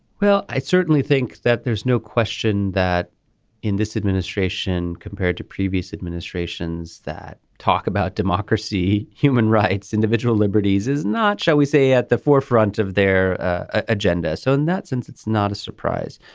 well i certainly think that there's no question that in this administration compared to previous administrations that talk about democracy human rights individual liberties is not shall we say at the forefront of their agenda. so in that sense it's not a surprise.